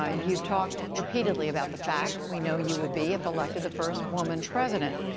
ah you have talked repeatedly about the fact, we know you would be, if elected, the first woman president.